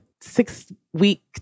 six-week